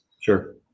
Sure